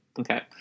okay